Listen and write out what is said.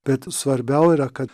bet svarbiau yra kad